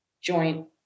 joint